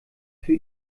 für